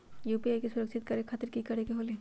UPI सुरक्षित करे खातिर कि करे के होलि?